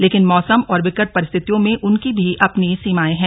लेकिन मौसम और विकट परिस्तिथियों में उनकी भी अपनी सीमाएं हैं